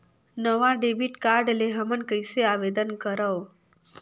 नवा debit card ले हमन कइसे आवेदन करंव?